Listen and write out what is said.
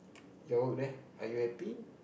your work there are you happy